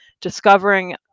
discovering